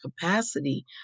capacity